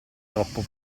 troppo